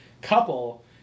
couple